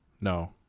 No